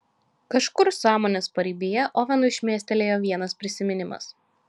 kažkur sąmonės paribyje ovenui šmėstelėjo vienas prisiminimas